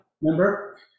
remember